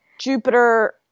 Jupiter